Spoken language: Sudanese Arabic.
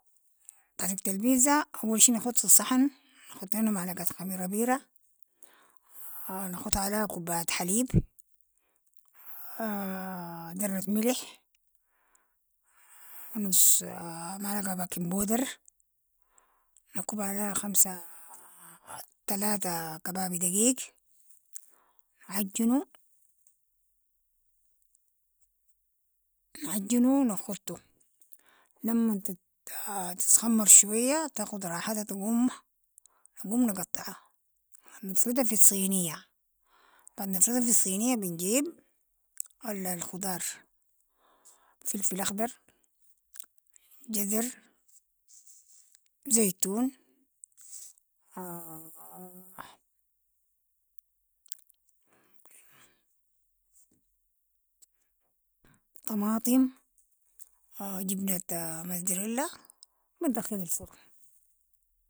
طريقة البيتزا، اول شي نخت في الصحن نخت لينا معلقة خميرة بيرة، نخت عليها كباية حليب، ذرة ملح و نص ملعقة باكمبودر، نكب عليها خمسة تلاتة كبابي دقيق، نعجنو نعجنو نختو لمن تتخمر شوية تاخد راحتها تقوم، نقوم نقطعها نفردها في الصينية، بعد نفردها في الصينية بنجيب الخضار، فلفل اخضر، جزر، زيتون، طماطم، جبنة متزريلا، بتدخلها الفرن.